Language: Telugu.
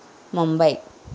ముంబాయ్